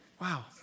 Wow